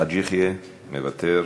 חאג' יחיא, מוותר,